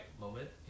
moment